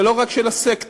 ולא רק של הסקטור